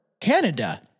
Canada